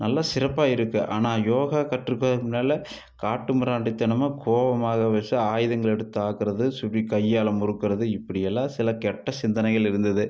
நல்ல சிறப்பாக இருக்கு ஆனால் யோகா கற்றுதுக்கு முன்னால் காட்டு மிராண்டித்தனமாக கோபமாக விச ஆயுதங்களை எடுத்து தாக்குவது கையால் முறுக்குறது இப்படியெல்லாம் சில கெட்ட சிந்தனைகள் இருந்தது